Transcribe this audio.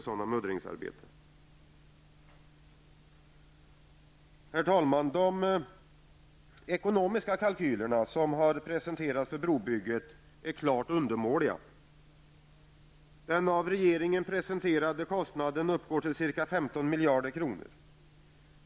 Herr talman! De ekonomiska kalkylerna som presenterats för brobygget är undermåliga. Den av regeringen presenterade kostnaden uppgår till ca 15 miljarder kronor.